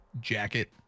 jacket